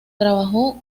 trabajó